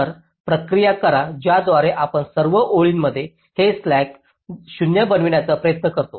तर प्रक्रिया करा ज्याद्वारे आपण सर्व ओळींमध्ये हे स्लॅक्स 0 बनवण्याचा प्रयत्न करतो